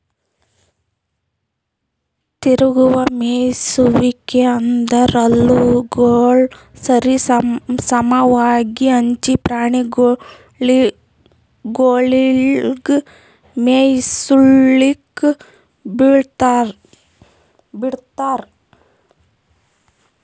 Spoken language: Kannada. ತಿರುಗುವ ಮೇಯಿಸುವಿಕೆ ಅಂದುರ್ ಹುಲ್ಲುಗೊಳ್ ಸರಿ ಸಮವಾಗಿ ಹಂಚಿ ಪ್ರಾಣಿಗೊಳಿಗ್ ಮೇಯಿಸ್ಲುಕ್ ಬಿಡ್ತಾರ್